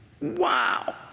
Wow